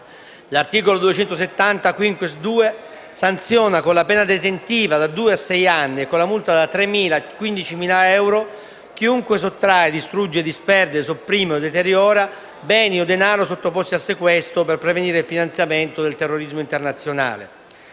L'articolo 270-*quinquies*.2 sanziona con la pena detentiva da due a sei anni e con la multa da 3.000 a 15.000 euro, chiunque sottrae, distrugge, disperde, sopprime o deteriora beni o denaro sottoposti a sequestro per prevenire il finanziamento del terrorismo internazionale.